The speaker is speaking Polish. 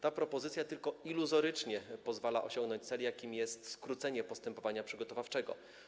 Ta propozycja tylko iluzorycznie pozwala osiągnąć cel, jakim jest skrócenie postępowania przygotowawczego.